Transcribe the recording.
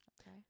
Okay